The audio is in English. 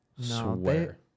Swear